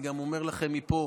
אני גם אומר לכם מפה,